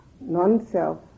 non-self